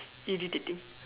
irritating